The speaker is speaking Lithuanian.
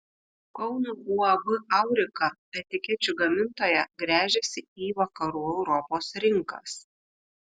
kauno uab aurika etikečių gamintoja gręžiasi į vakarų europos rinkas